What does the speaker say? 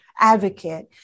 advocate